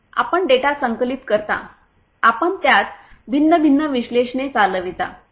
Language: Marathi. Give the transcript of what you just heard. आपण डेटा संकलित करता आपण त्यात भिन्न भिन्न विश्लेषणे चालविता